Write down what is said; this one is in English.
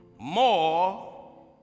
More